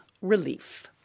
relief